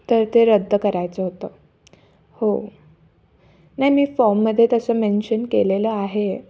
तर ते रद्द करायचं होतं हो नाही मी फॉर्ममध्ये तसं मेन्शन केलेलं आहे